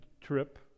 trip